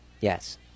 Yes